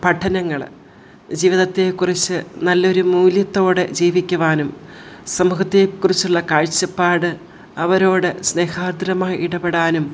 പഠനങ്ങൾ ജീവിതത്തെക്കുറിച്ച് നല്ലൊരു മൂല്യത്തോടെ ജീവിക്കുവാനും സമൂഹത്തെ കുറിച്ചുള്ള കാഴ്ചപ്പാട് അവരോട് സ്നേഹാർദ്രമായി ഇടപെടാനും